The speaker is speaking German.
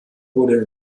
wurde